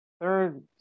Third